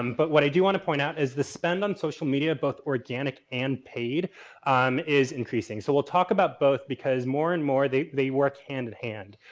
um but what i do want to point out is the spend on social media both organic and paid is increasing. so, we'll talk about both because more and more they they work hand in hand.